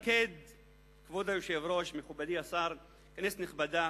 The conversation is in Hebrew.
כבוד היושב-ראש, מכובדי השר, כנסת נכבדה,